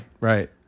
Right